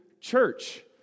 church